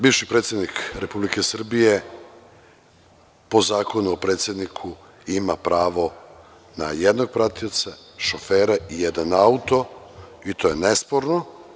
Bivši predsednik Republike Srbije po Zakonu o predsedniku ima pravo na jednog pratioca, šofere i jedan auto i to je nesporno.